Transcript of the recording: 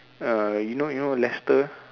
uh you know you know Lester